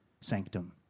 sanctum